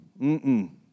mm-mm